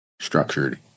structured